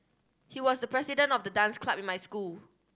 he was the president of the dance club in my school